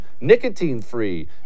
nicotine-free